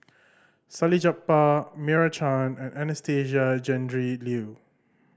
Salleh Japar Meira Chand and Anastasia Tjendri Liew